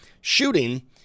shooting